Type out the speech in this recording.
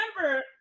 remember